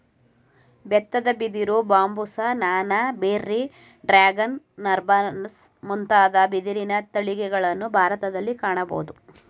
ಬೆತ್ತದ ಬಿದಿರು, ಬಾಂಬುಸ, ನಾನಾ, ಬೆರ್ರಿ, ಡ್ರ್ಯಾಗನ್, ನರ್ಬಾಸ್ ಮುಂತಾದ ಬಿದಿರಿನ ತಳಿಗಳನ್ನು ಭಾರತದಲ್ಲಿ ಕಾಣಬೋದು